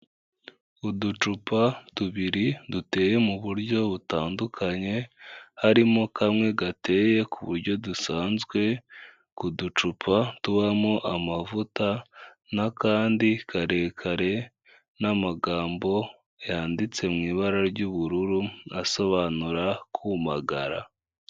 Uducupa tubiri duteye mu buryo butandukanye, harimo kamwe gateye ku buryo dusanzwe ku ducupa tubamo amavuta n'akandi karekare n'amagambo yanditse mu ibara ry'ubururu asobanura kumagara.